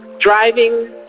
driving